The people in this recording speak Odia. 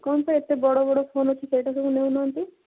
କଣପାଇଁ ଏତେ ବଡ଼ ବଡ଼ ଫୋନ୍ ଅଛି ସେଇଟା ନେଉନାହାଁନ୍ତି